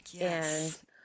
Yes